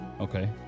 Okay